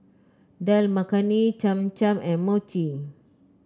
Dal Makhani Cham Cham and Mochi